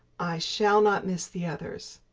i shall not miss the others.